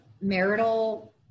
marital